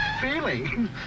feeling